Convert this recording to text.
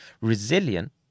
resilient